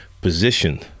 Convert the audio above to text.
position